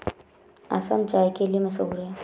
असम चाय के लिए मशहूर है